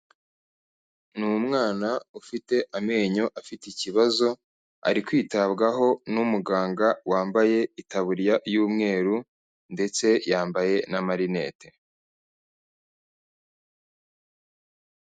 Ni umwana ufite amenyo afite ikibazo, ari kwitabwaho n'umuganga wambaye itaburiya y'umweru ndetse yambaye n'amarinete.